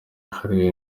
wahariwe